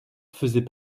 faisait